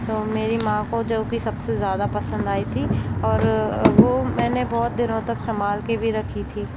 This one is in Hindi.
तो मेरी माँ को जो कि सबसे ज़ायदा पसंद आई थी और वो मैंने बहुत दिनों तक संभाल के भी रखी थी